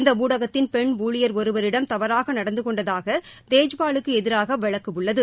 இந்த ஊடகத்தின் பெண் ஊழியர் ஒருவரிடம் தவறாக நடந்தகொண்டதாக தேஜ்பாலுக்கு எதிராக வழக்கு உள்ளது